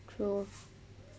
true